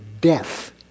death